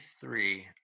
three